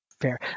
fair